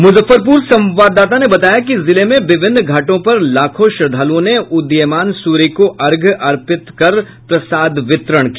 मुजफ्फरपुर संवाददाता ने बताया कि जिले में विभिन्न घाटों पर लाखों श्रद्दालु ने उदीयमान सूर्य को अर्घ्य अर्पित प्रसाद वितरण किया